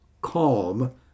calm